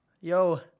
Yo